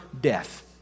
death